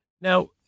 Now